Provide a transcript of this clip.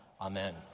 amen